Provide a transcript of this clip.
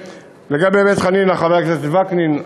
חבר הכנסת וקנין,